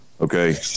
okay